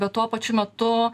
bet tuo pačiu metu